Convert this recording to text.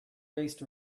raced